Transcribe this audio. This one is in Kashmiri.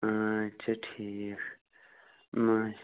اَچھا ٹھیٖک ما